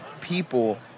people